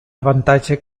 avantatge